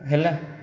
ହେଲା